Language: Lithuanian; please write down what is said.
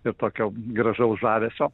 ir tokio gražaus žavesio